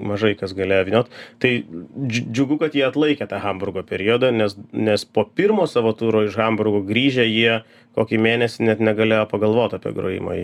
mažai kas galėjo vyniot tai džiu džiugu kad jie atlaikė tą hamburgo periodą nes nes po pirmo savo turo iš hamburgo grįžę jie kokį mėnesį net negalėjo pagalvot apie grojimą